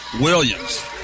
Williams